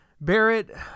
Barrett